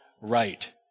right